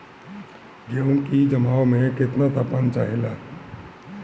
गेहू की जमाव में केतना तापमान चाहेला?